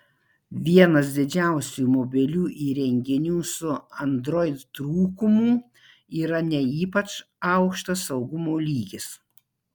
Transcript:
vienas didžiausių mobilių įrenginių su android trūkumų yra ne ypač aukštas saugumo lygis